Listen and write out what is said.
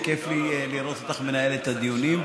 וכיף לי לראות אותך מנהלת את הדיונים.